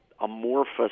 amorphous